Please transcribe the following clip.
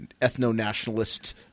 ethno-nationalist